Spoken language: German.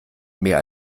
mehr